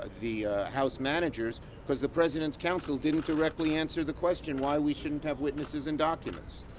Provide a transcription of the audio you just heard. ah the house managers because the president's counsel did not directly answer the question why we should not have witnesses and documents.